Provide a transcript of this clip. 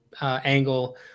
angle